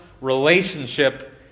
relationship